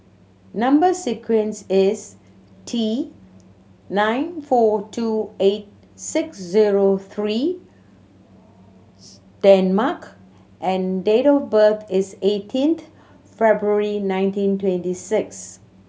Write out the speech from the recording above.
number sequence is T nine four two eight six zero three Danmark and date of birth is eighteenth February nineteen twenty six